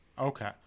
Okay